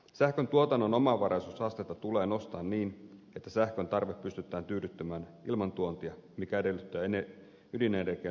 sähköntuotannon omavaraisuusastetta tule nostaa niin että sähköntarve pystytään tyydyttämään ilman tuontia mikä edellyttää ydinenergian lisärakentamista suomeen